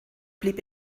blieb